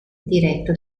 diretto